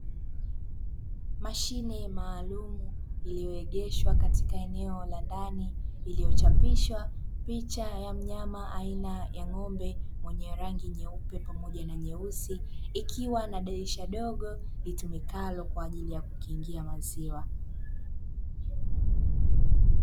Mashine maalumu iliyo egeshwa katika eneo la ndani, iliyo chapisha picha ya mnyama aina ya ng'ombe mwenye rangi nyeupe pamoja na nyeusi, ikiwa na dirisha dogo litumikalo kwa ajili kukingia maziwa.